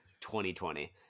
2020